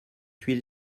huile